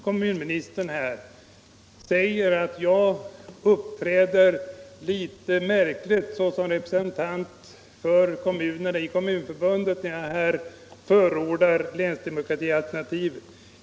Kommunministern säger att jag uppträder litet märkligt som representant för Kommunförbundet när jag förordar länsdemokratialternativet.